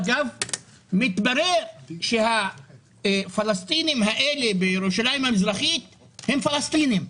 מתברר שהפלסטינים הללו בירושלים המזרחית הם פלסטינים,